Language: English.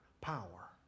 power